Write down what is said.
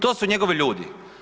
To su njegovi ljudi.